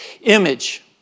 image